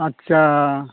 आच्चा